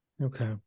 Okay